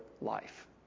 life